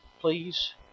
Please